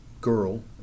girl